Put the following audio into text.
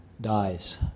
dies